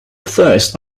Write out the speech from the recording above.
thirst